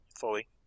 fully